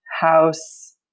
house